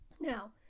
Now